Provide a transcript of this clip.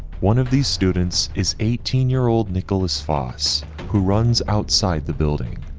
one of these students is eighteen year old nicholas foss who runs outside the building.